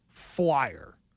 flyer